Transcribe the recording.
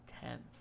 tenth